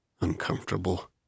Uncomfortable